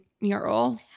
mural